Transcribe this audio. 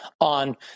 on